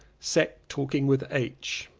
sat talking with h.